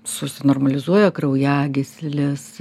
susinormalizuoja kraujagyslės